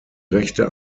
rechte